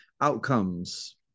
outcomes